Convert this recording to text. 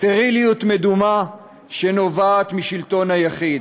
סטריליות מדומה שנובעת משלטון היחיד.